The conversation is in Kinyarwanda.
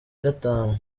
gatanu